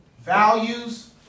values